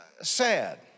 sad